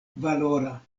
valora